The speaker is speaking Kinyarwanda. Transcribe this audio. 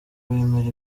bemera